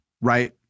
right